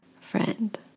friend